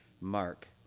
Mark